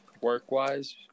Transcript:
work-wise